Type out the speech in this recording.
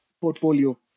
portfolio